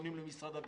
פונים למשרד הביטחון.